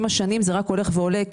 עם השנים זה רק הולך ועולה כי,